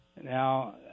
Now